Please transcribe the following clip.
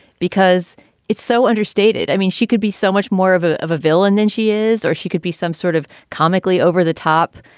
because it's so understated. i mean, she could be so much more of a of a villain than she is or she could be some sort of comically over-the-top,